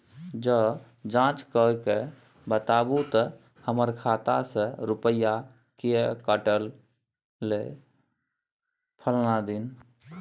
ज जॉंच कअ के बताबू त हमर खाता से रुपिया किये कटले फलना दिन?